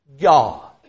God